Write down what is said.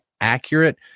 accurate